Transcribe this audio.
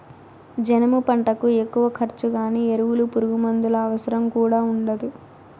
జనుము పంటకు ఎక్కువ ఖర్చు గానీ ఎరువులు పురుగుమందుల అవసరం కూడా ఉండదు